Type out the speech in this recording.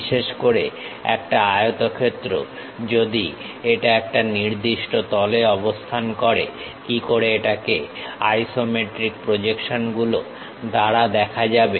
বিশেষ করে একটা আয়তক্ষেত্র যদি এটা একটা নির্দিষ্ট তলে অবস্থান করে কি করে এটাকে আইসোমেট্রিক প্রজেকশন গুলো দ্বারা দেখা যাবে